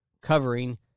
covering